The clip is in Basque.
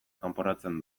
kanporatzen